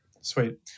Sweet